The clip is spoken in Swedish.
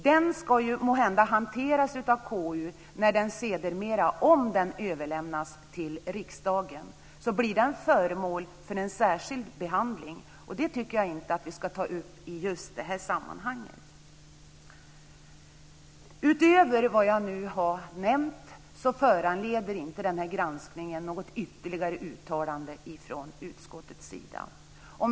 Den ska måhända hanteras av KU, om den sedermera överlämnas till riksdagen. Den blir då föremål för en särskild behandling. Det tycker jag inte att vi ska ta upp i detta sammanhang. Denna granskning föranleder inte något ytterligare uttalande från utskottets sida, utöver vad jag har nämnt.